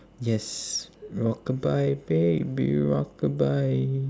yes rockabye baby rockabye